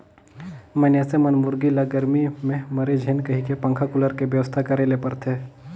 मइनसे मन मुरगी ल गरमी में मरे झेन कहिके पंखा, कुलर के बेवस्था करे ले परथे